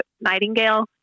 Nightingale